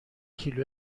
کیلو